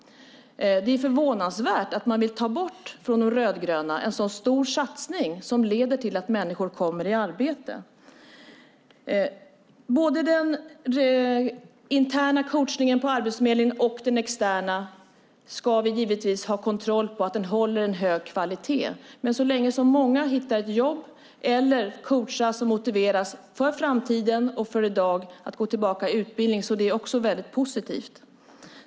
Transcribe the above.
Det är förvånansvärt att man från De rödgröna vill ta bort en sådan stor satsning som leder till att människor kommer i arbete. Både den interna coachningen på Arbetsförmedlingen och den externa ska vi givetvis ha kontroll på, så att den håller en hög kvalitet. Men så länge som många hittar ett jobb eller coachas och motiveras för framtiden och för i dag till att gå tillbaka till utbildning är det väldigt positivt.